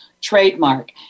Trademark